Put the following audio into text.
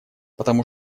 потому